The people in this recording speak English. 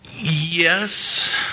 Yes